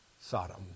Sodom